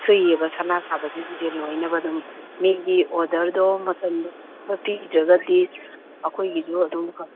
ꯁꯨꯏꯕ ꯁꯅꯥ ꯁꯥꯕꯁꯤꯡꯁꯦ ꯂꯣꯏꯅꯕ ꯑꯗꯨꯝ ꯃꯤꯒꯤ ꯑꯣꯗꯔꯗꯣ ꯃꯇꯝ ꯆꯥꯅ ꯄꯤꯗ꯭ꯔꯒꯗꯤ ꯑꯩꯈꯣꯏꯒꯤꯁꯨ ꯑꯗꯨꯝ